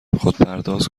خودپرداز